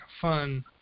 fun